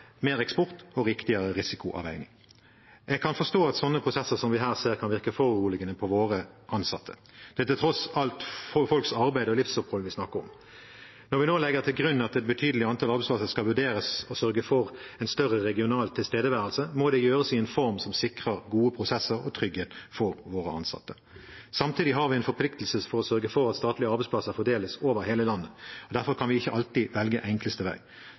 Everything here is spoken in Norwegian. mer eksport og riktigere risikoavveiing. Jeg kan forstå at sånne prosesser som vi her ser, kan virke foruroligende på våre ansatte. Det er tross alt folks arbeid og livsopphold vi snakker om. Når vi nå legger til grunn at et betydelig antall arbeidsplasser skal vurderes for å sørge for en større regional tilstedeværelse, må det gjøres i en form som sikrer gode prosesser og trygghet for våre ansatte. Samtidig har vi en forpliktelse til å sørge for at statlige arbeidsplasser fordeles over hele landet, og derfor kan vi ikke alltid velge enkleste vei.